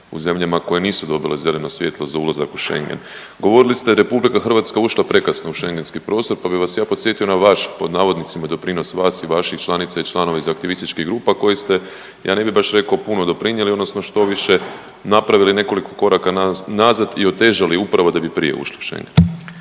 u zemljama koje nisu dobile zeleno svjetlo za ulazak u Schengen. Govorili ste Republika Hrvatska je ušla prekasno u Schengenski prostor, pa bih vas ja podsjetio na vaš pod navodnicima doprinos vas i vaših članica i članova iz aktivističkih grupa koji ste ja ne bih baš rekao puno doprinijeli, odnosno što više napravili nekoliko koraka nazad i otežali upravo da bi prije ušli u Schengen.